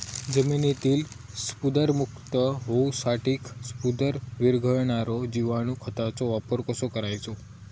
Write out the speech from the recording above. जमिनीतील स्फुदरमुक्त होऊसाठीक स्फुदर वीरघळनारो जिवाणू खताचो वापर कसो करायचो?